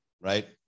right